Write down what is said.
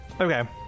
Okay